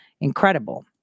incredible